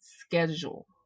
schedule